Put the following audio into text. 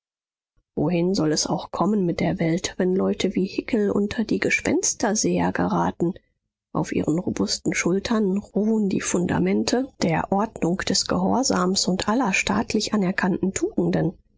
wohin soll es auch kommen mit der welt wenn leute wie hickel unter die gespensterseher geraten auf ihren robusten schultern ruhen die fundamente der ordnung des gehorsams und aller staatlich anerkannten tugenden